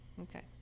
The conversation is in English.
Okay